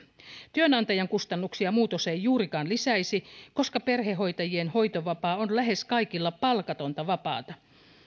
työnantajan kustannuksia muutos ei juurikaan lisäisi koska perhehoitajien hoitovapaa on lähes kaikilla palkatonta vapaata